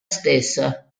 stessa